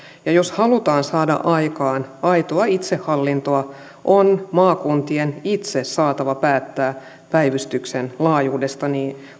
ja jos halutaan saada aikaan aitoa itsehallintoa on maakuntien itse saatava päättää päivystyksen laajuudesta